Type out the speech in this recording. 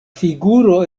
figuro